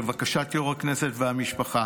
לבקשת יושב-ראש הכנסת והמשפחה